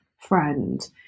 friend